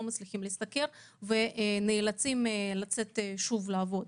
מצליחים לחיות מזה ונאלצים לצאת שוב לעבוד.